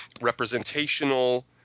representational